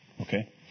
okay